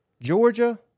Georgia